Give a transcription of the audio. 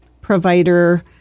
provider